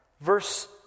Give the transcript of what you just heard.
verse